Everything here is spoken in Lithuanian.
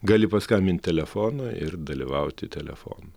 gali paskambinti telefonu ir dalyvauti telefonu